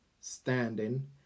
standing